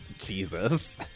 Jesus